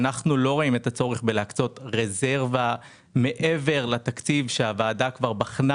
אנחנו לא רואים את הצורך בלהקצות רזרבה מעבר לתקציב שהוועדה כבר בחנה